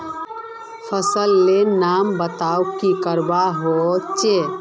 फसल लेर नाम बता की करवा होचे?